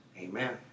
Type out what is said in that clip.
amen